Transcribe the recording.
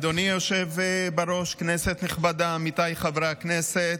אדוני היושב-ראש, כנסת נכבדה, עמיתיי חברי הכנסת,